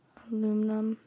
aluminum